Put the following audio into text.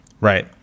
right